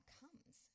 comes